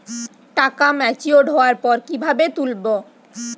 টাকা ম্যাচিওর্ড হওয়ার পর কিভাবে তুলব?